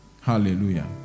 Hallelujah